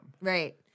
Right